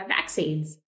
vaccines